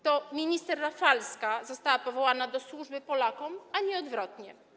To minister Rafalska została powołana do służby Polakom, a nie odwrotnie.